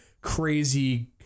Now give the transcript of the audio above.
crazy